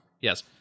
yes